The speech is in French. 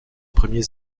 premiers